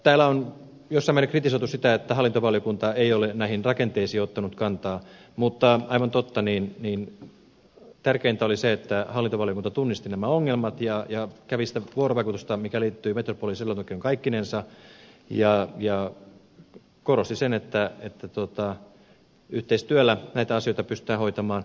täällä on jossain määrin kritisoitu sitä että hallintovaliokunta ei ole näihin rakenteisiin ottanut kantaa mutta aivan totta tärkeintä oli se että hallintovaliokunta tunnisti nämä ongelmat ja kävi sitä vuorovaikutusta mikä liittyy metropoliselontekoon kaikkinensa ja korosti sitä että yhteistyöllä näitä asioita pystytään hoitamaan